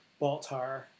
baltar